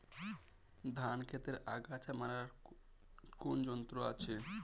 ধান ক্ষেতের আগাছা মারার কোন যন্ত্র আছে?